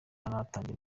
natangira